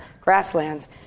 grasslands